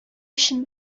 өчен